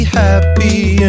happy